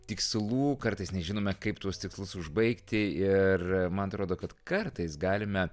tikslų kartais nežinome kaip tuos tikslus užbaigti ir man atrodo kad kartais galime